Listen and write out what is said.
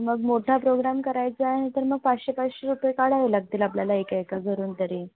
मग मोठा प्रोग्राम करायचा आहे तर मग पाचशे पाचशे रुपये काढावे लागतील आपल्याला एका एका घरून तरी